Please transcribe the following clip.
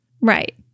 Right